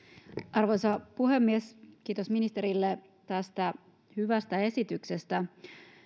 arvoisa puhemies kiitos ministerille tästä hyvästä esityksestä